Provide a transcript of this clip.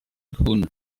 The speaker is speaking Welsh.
hwn